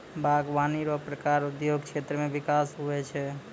बागवानी रो प्रकार उद्योग क्षेत्र मे बिकास हुवै छै